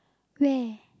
where